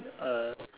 uh